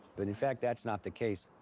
but, in fact, that's not the case.